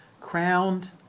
crowned